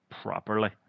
properly